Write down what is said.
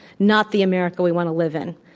not the america we want to live in.